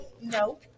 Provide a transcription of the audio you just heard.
No